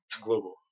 global